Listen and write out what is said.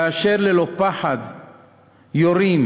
כאשר ללא פחד יורים,